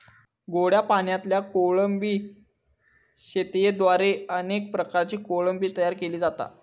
गोड्या पाणयातल्या कोळंबी शेतयेद्वारे अनेक प्रकारची कोळंबी तयार केली जाता